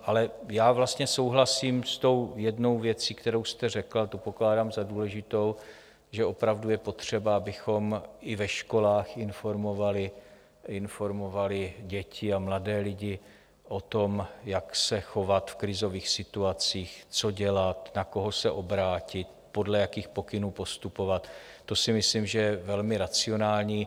Ale já vlastně souhlasím s tou jednou věcí, kterou jste řekl, a tu pokládám za důležitou, že opravdu je potřeba, abychom i ve školách informovali děti a mladé lidi o tom, jak se chovat v krizových situacích, co dělat, na koho se obrátit, podle jakých pokynů postupovat to si myslím, že je velmi racionální.